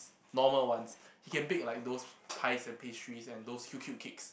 normal ones he can bake like those pies and pastries and those cute cute cakes